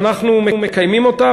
ואנחנו מקיימים אותה,